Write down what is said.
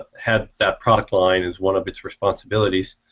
had that product line as one of its responsibilities